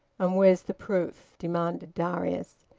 and where's the proof? demanded darius.